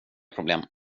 problem